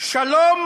שלום